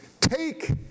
Take